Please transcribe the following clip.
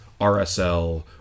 RSL